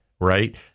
right